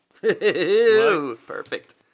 perfect